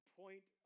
point